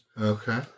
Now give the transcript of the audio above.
Okay